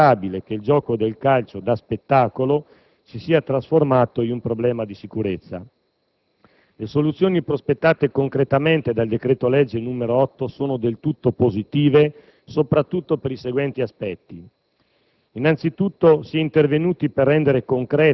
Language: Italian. ma soprattutto vuole dire chiaro e forte che non è accettabile che il gioco del calcio da spettacolo si sia trasformato in un problema di sicurezza. Le soluzioni prospettate concretamente dal decreto-legge al nostro esame sono del tutto positive, soprattutto per i seguenti aspetti.